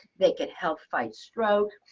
they can help fight stroke,